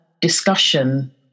discussion